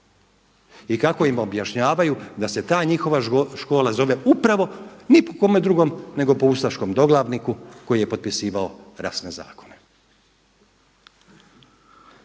i kako im objašnjavaju da se ta njihova škola zove upravo ni po kome drugom nego po ustaškom doglavniku koji je potpisivao rasne zakone.